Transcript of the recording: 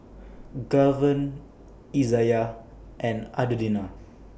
Gaven Izayah and Adelina